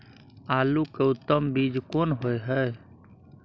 आलू के उत्तम बीज कोन होय है?